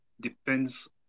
depends